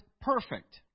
perfect